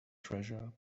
treasure